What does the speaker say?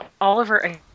Oliver